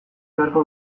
beharko